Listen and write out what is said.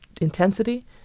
intensity